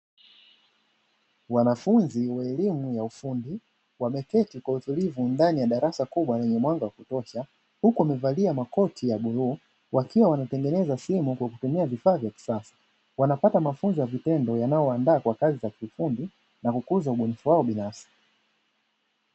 Wanafunzi wenye elimu ya ufundi wameketi kwa utulivu ndani ya darasa kubwa lenye mwanga wakutosha, huku wamevalia makoti ya bluu wakiwa wanatengeneza simu kwa kutumia vifaa vya kisasa. Wanapata mafunzo ya vitendo, yanayowandaa kwa kazi za kiufundi na kukuza ubunifu wao binafsi.